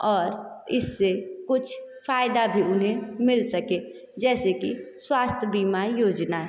और इस कुछ फायदा भी उन्हें मिल सके जैसे कि स्वास्थ बीमा योजना